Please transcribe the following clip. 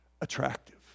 attractive